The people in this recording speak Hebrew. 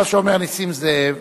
מה שאומר נסים זאב,